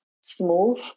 smooth